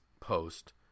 post